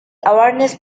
awareness